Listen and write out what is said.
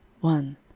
one